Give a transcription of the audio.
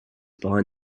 behind